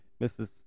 Mrs